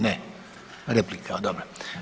Ne, replika, dobro.